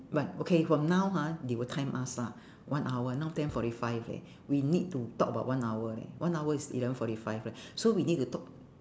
but okay from now ha they will time us lah one hour now ten forty five leh we need to talk about one hour leh one hour is eleven forty five right so we need to talk